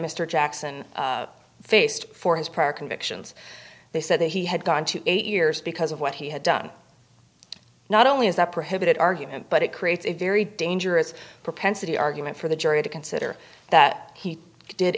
mr jackson faced for his prior convictions they said that he had gone to eight years because of what he had done not only is that prohibited argument but it creates a very dangerous propensity argument for the jury to consider that he did